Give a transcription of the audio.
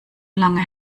lange